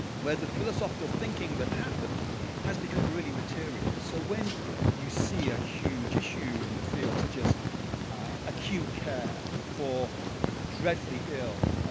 where the philosophical thinking that happened has become really material. so when you see a huge issue in the field such as acute care for dreadfully ill,